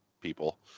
people